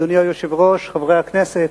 אדוני היושב-ראש, חברי הכנסת,